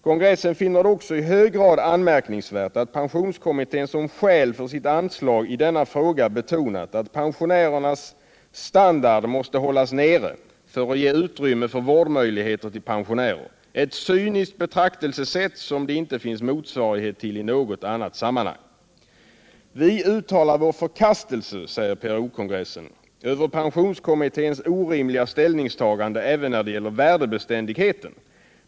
Kongressen finner det också i hög grad anmärkningsvärt att Pensionskommittén som skäl för sitt anslag i denna fråga betonat att pensionärernas standard måste hållas nere för att ge utrymme för vårdmöjligheter till pensionärer. Ett cyniskt betraktelsesätt, som det inte finns motsvarighet till i något annat sammanhang. Vi uttalar vår förkastelse över pensionskommitténs orimliga ställningstagande även när det gäller värdebeständigheten.